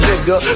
Nigga